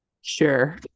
Sure